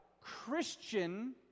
Christian